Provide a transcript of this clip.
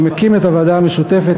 שמקים את הוועדה המשותפת,